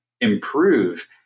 improve